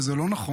וזה לא נכון,